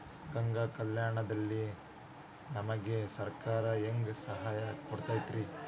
ಗಂಗಾ ಕಲ್ಯಾಣ ದಲ್ಲಿ ನಮಗೆ ಸರಕಾರ ಹೆಂಗ್ ಸಹಾಯ ಕೊಡುತೈತ್ರಿ?